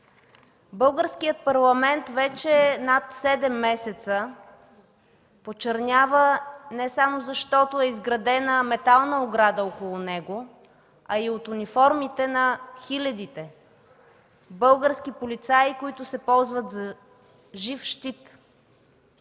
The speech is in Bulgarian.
Българският парламент вече над седем месеца почернява не само защото е изградена метална ограда около него, а и от униформите на хилядите български полицаи, които се ползват за жив щит.